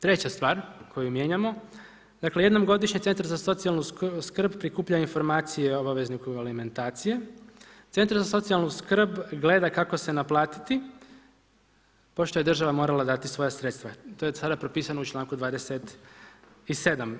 Treća stvar koju mijenjamo, dakle jednom godišnje centar za socijalnu skrb prikuplja informacije o obavezniku alimentacije, centar za socijalnu skrb gleda kako se naplatiti pošto je država morala dati svoja sredstva, to je od sada propisano u članku 27.